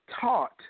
taught